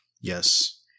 Yes